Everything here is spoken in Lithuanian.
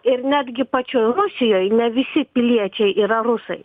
ir netgi pačioj rusijoj ne visi piliečiai yra rusai